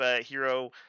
hero